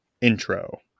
intro